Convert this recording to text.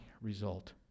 result